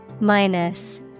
Minus